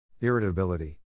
Irritability